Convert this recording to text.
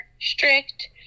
strict